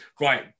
Right